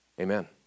Amen